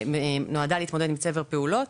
שנועדה להתמודד עם צבר פעולות,